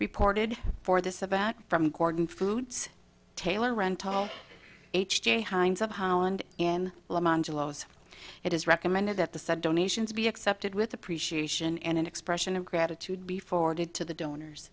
reported for this about from gordon foods taylor runtime h j heinz of holland it is recommended that the said donations be accepted with appreciation and an expression of gratitude be forwarded to the donors